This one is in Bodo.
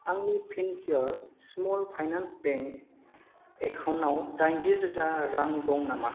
आंनि फिनकेयार स्मल फाइनान्स बेंक एकाउन्टआव दाइनजि रोजा रां दं नामा